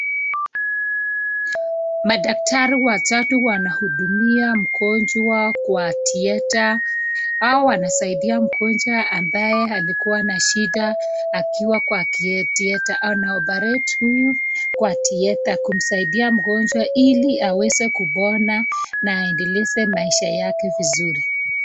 Madaktari watatu wanahudumia mgonjwa kwa theatre . Hwa wanasaidia mgonjwa alikua na shida akiwa kwa theatre , ana operate huyu akiwa kwa theatre kusaidia mgonjwa ili aweze kupona na aendeleshe maisha yake vizuri.